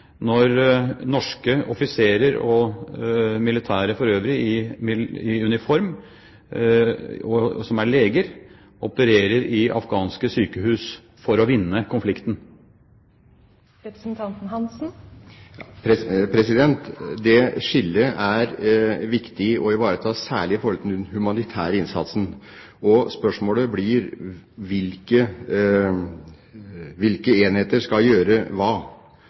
når norske offiserer og militære, for øvrig, i militær uniform og som er leger, opererer i afghanske sykehus for å vinne konflikten? Det skillet er viktig å ivareta, særlig i forhold til den humanitære innsatsen. Spørsmålet blir hvilke enheter som skal gjøre hva.